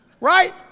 right